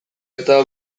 eta